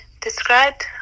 described